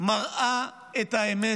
מראה את האמת,